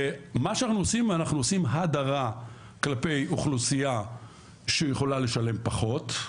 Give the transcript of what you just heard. ומה שאנחנו עושים זה אנחנו עושים הדרה כלפי אוכלוסייה שיכולה לשלם פחות,